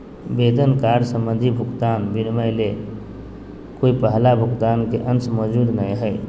वेतन कार्य संबंधी भुगतान विनिमय ले कोय पहला भुगतान के अंश मौजूद नय हइ